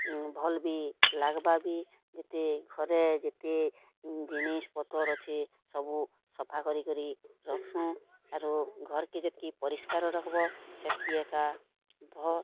ଭଲ୍ ବି ଲାଗବା ବି ଯେତେ ଘରେ ଯେତେ ଜିନିଷ୍ ପତର୍ ଅଛେ ସବୁ ସଫା କରି କରି ରଖସୁଁ ଆରୁ ଘର୍ କେ ଯେତେ ପରିଷ୍କାର ରଖବ ସେତିକି ଏକା ଭଲ୍